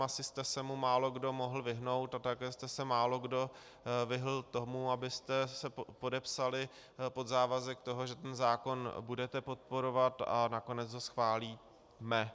Asi jste se mu málokdo mohl vyhnout a také jste se málokdo vyhnul tomu, abyste se podepsali pod závazek, že zákon budete podporovat a nakonec ho schválíme.